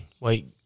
Wait